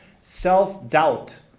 self-doubt